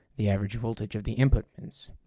the average voltage of the input pins.